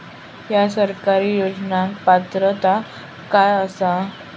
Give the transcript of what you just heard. हया सरकारी योजनाक पात्रता काय आसा?